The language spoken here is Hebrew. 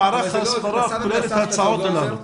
מערך ההסברה כולל את ההצעות הללו,